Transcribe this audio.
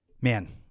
man